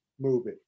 movie